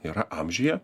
yra amžiuje